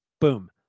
boom